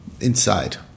inside